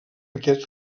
aquest